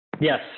Yes